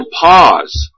pause